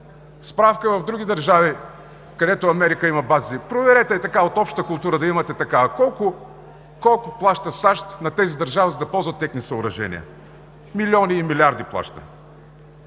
Справка в други държави, където Америка има бази – проверете, ей така от обща култура, колко плаща САЩ на тези държави, за да ползва техни съоръжения. Милиони и милиарди плаща.